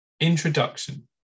Introduction